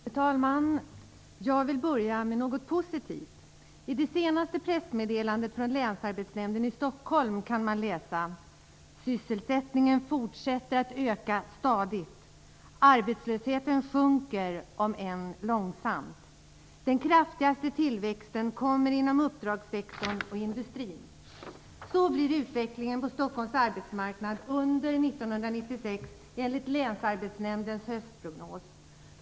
Fru talman! Jag vill börja med något positivt. I det senaste pressmeddelandet från Länsarbetsnämnden i Stockholm kan man läsa: Sysselsättningen fortsätter att öka stadigt. Arbetslösheten sjunker, om än långsamt. Den kraftigaste tillväxten kommer inom uppdragssektorn och industrin. Det blir utvecklingen på Stockholms arbetsmarknad enligt länsarbetsnämndens höstprognos.